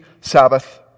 Sabbath